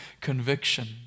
conviction